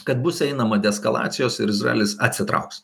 kad bus einama deeskalacijos ir izraelis atsitrauks